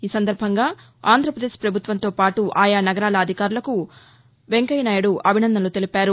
ఈ సందర్బంగా ఆంధ్రప్రదేశ్ ప్రభుత్వంతో పాటు ఆయా నగరాల అధికారులకు వెంకయ్యనాయుడు అభినందనలు తెలిపారు